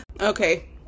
Okay